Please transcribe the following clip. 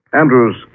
Andrews